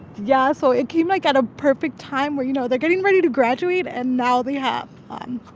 yeah. so it came like at a perfect time where, you know, they're getting ready to graduate. and now they have